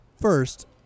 first